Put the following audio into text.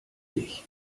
dich